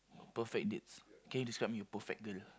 perfect dates can you describe me your perfect girl